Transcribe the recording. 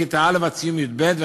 מכיתה א' ועד סיום י"ב,